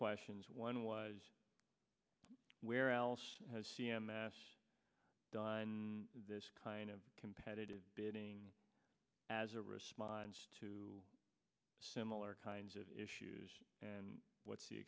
questions one was where else has c m s done this kind of competitive bidding as a response to similar kinds of issues and what's